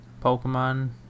pokemon